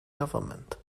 government